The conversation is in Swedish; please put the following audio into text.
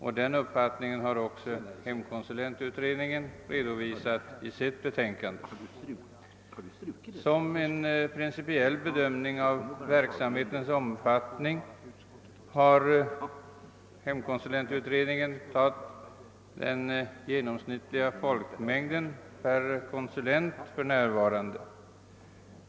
Denna uppfattning har också hemkonsulentutredningen redovisat i sitt betänkande. Vid en principiell bedömning av verksamhetens omfattning har hemkonsulentutredningen tagit upp den genomsnittliga folkmängden per konsulent för närvarande.